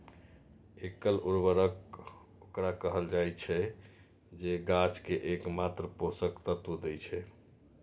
एकल उर्वरक ओकरा कहल जाइ छै, जे गाछ कें एकमात्र पोषक तत्व दै छै